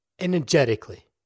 energetically